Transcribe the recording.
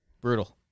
Brutal